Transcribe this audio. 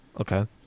Okay